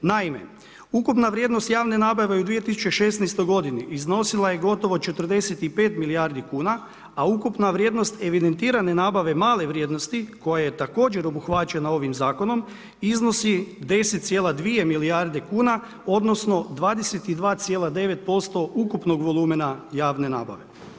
Naime, ukupna vrijednost javne nabave u 2016. godini iznosila je gotovo 45 milijardi kuna a ukupna vrijednost evidentirane nabave male vrijednosti koja je također obuhvaćena ovim zakonom, iznosi 10,2 milijarde kuna odnosno 22,9% ukupnog volumena javne nabave.